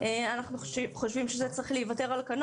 אנחנו חושבים שזה צריך להיוותר על כנו